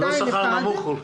זה לא בשכר נמוך.